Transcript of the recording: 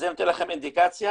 זה נותן לכם אינדיקציה.